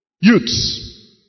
Youths